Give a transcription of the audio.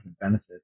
benefits